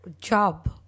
job